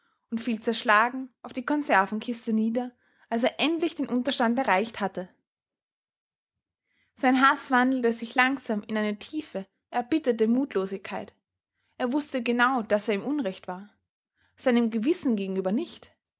und fiel zerschlagen auf die konservenkiste nieder als er endlich den unterstand erreicht hatte sein haß wandelte sich langsam in eine tiefe erbitterte mutlosigkeit er wußte genau daß er im unrecht war seinem gewissen gegenüber nicht